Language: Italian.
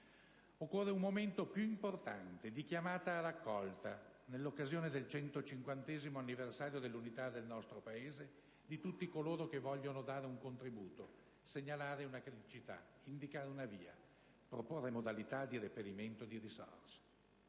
Occorre un momento più importante di chiamata a raccolta, nell'occasione del 150° anniversario dell'Unità del nostro Paese, di tutti coloro che vogliono dare un contributo, segnalare una criticità, indicare una via, proporre modalità di reperimento di risorse.